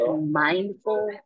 mindful